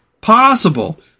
possible